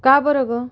का बरं गं